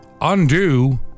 undo